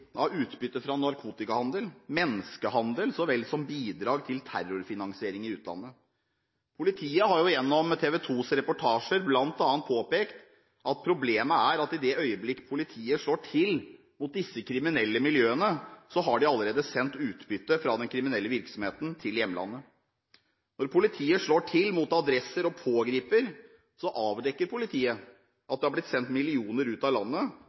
av utbytte fra narkotikahandel, menneskehandel så vel som bidrag til terrorfinansiering i utlandet. Politiet har gjennom TV 2s reportasjer bl.a. påpekt at problemet er at i det øyeblikk politiet slår til mot disse kriminelle miljøene, har de allerede sendt utbyttet fra den kriminelle virksomheten til hjemlandet. Når politiet slår til mot adresser og pågriper, avdekker politiet at det har blitt sendt millioner ut av landet,